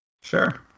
sure